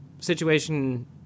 situation